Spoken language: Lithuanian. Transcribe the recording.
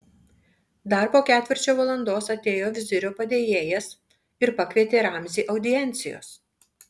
dar po ketvirčio valandos atėjo vizirio padėjėjas ir pakvietė ramzį audiencijos